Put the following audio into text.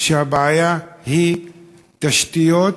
שהבעיה היא תשתיות